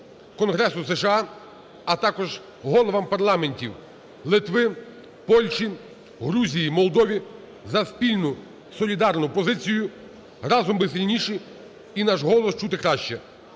Конгресу США, а також головам парламентів Литви, Польщі, Грузії, Молдови за спільну солідарну позицію. Разом ми сильніші і наш голос чути краще.